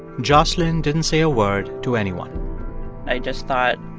jocelyn didn't say a word to anyone i just thought,